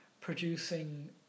producing